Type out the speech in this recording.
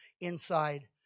inside